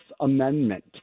Amendment